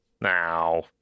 now